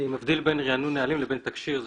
אני מבדיל בין ריענון נהלים לבין תקש"יר.